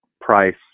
Price